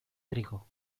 trigo